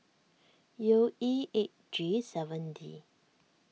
U E eight G seven D